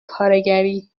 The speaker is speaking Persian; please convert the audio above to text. کارگری